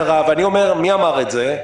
מי אמר את זה?